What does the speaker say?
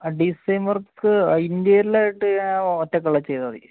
അ design work ഇൻ്റീരിയലായിട്ട് ഒറ്റയ്ക്കുള്ളത് ചെയ്താൽ മതി